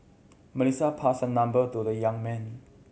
Melissa passed her number to the young man